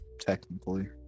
technically